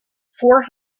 four